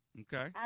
Okay